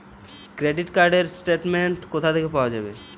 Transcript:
Credit card র statement কোথা থেকে পাওয়া যাবে?